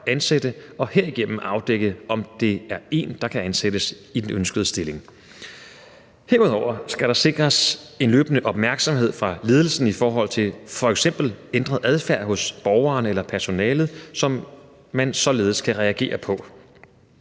ansætte, og derigennem afdække, om det er en, der kan ansættes i den ønskede stilling. Herudover skal der sikres en løbende opmærksomhed fra ledelsen i forhold til f.eks. ændret adfærd hos borgeren eller personalet, som man således kan reagere på.